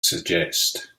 suggest